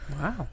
Wow